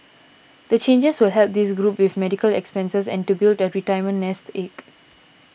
the changes will help this group with medical expenses and to build a retirement nest egg